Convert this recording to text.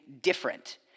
different